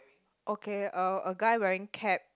okay uh a guy wearing cap